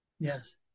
Yes